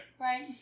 Right